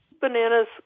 Bananas